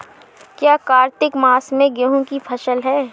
क्या कार्तिक मास में गेहु की फ़सल है?